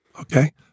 okay